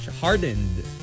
hardened